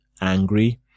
angry